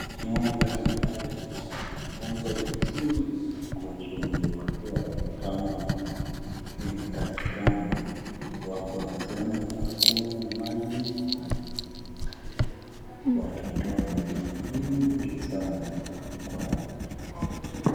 Ng'ombe ambao wamefungwa vizuri na kushughulikiwa kama inatakikana. Wako na sehemu ya kukunywa maji na ni kama watatoa maziwa mingi sana kwa.